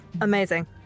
amazing